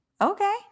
okay